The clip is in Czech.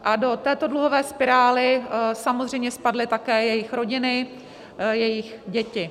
A do této dluhové spirály samozřejmě spadly také jejich rodiny a jejich děti.